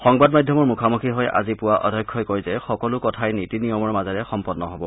সংবাদ মাধ্যমৰ মুখামুখি হৈ আজি পুৱা অধ্যক্ষই কয় যে সকলো কথাই নীতি নিয়মৰ মাজেৰে সম্পন্ন হ'ব